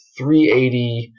380